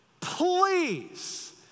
please